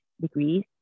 degrees